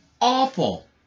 awful